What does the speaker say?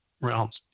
realms